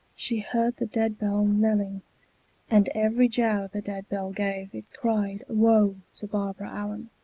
she heard the dead-bell knelling and every jow the dead-bell gave, it cried, woe to barbara allen!